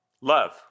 Love